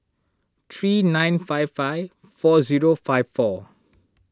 three nine five five four zero five four